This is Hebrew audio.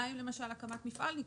מה עם, למשל, הקמת מפעל ניקוז?